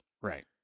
Right